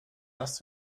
das